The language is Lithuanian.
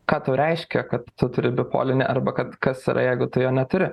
ką reiškia kad tu turi bipolinį arba kad kas yra jeigu tu jo neturi